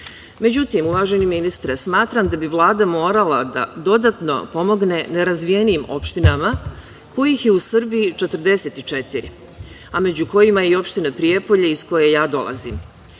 uvaženi ministre, smatram da bi Vlada morala dodatno da pomogne nerazvijenim opštinama kojih je u Srbiji 44, a među kojima je i opština Prijepolje iz koje ja dolazim.